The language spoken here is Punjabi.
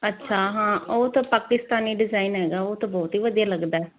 ਅੱਛਾ ਹਾਂ ਉਹ ਤਾਂ ਪਾਕਿਸਤਾਨੀ ਡਿਜ਼ਾਇਨ ਹੈਗਾ ਉਹ ਤਾਂ ਬਹੁਤ ਹੀ ਵਧੀਆ ਲੱਗਦਾ